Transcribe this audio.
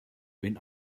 when